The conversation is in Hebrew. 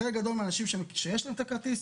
חלק גדול של אנשים שיש להם את הכרטיס,